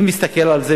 נחכה עד סוף השנה.